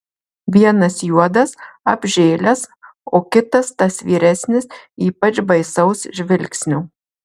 vienas juodas apžėlęs o kitas tas vyresnis ypač baisaus žvilgsnio